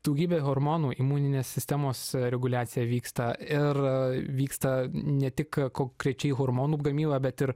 daugybė hormonų imuninės sistemos reguliacija vyksta ir vyksta ne tik konkrečiai hormonų gamyba bet ir